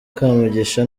kamugisha